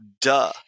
duh